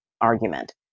argument